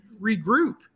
regroup